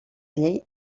llei